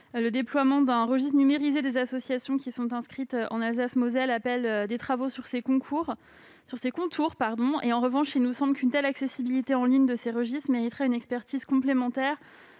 Le déploiement d'un registre numérisé des associations inscrites en Alsace-Moselle appelle des travaux sur ses contours. En revanche, il nous semble qu'une telle accessibilité en ligne de ces registres mériterait une expertise complémentaire